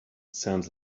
sounds